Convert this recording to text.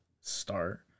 start